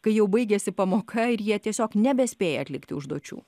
kai jau baigiasi pamoka ir jie tiesiog nebespėja atlikti užduočių